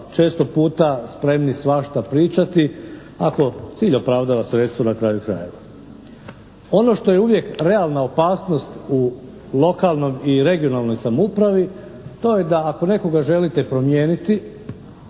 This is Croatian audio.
često puta spremni svašta pričati ako, cilj opravdava sredstvo na kraju krajeva. Ono što je uvijek realna opasnost u lokalnoj i regionalnoj samoupravi to je da ako nekoga želite promijeniti